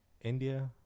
india